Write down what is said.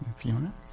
Fiona